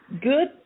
Good